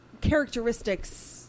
characteristics